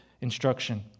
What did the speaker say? instruction